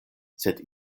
sed